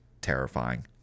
terrifying